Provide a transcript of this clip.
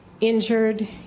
Injured